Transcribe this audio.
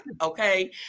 Okay